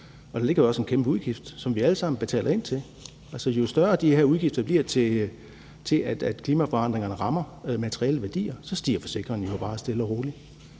og der ligger også en kæmpe udgift, som vi alle sammen betaler ind til. Jo større de her udgifter bliver, i forhold til at klimaforandringerne rammer materielle værdier, jo mere stiger forsikringen jo bare stille og roligt.